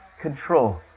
control